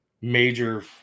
major